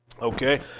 Okay